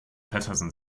petersen